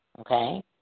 Okay